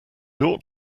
ought